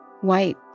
white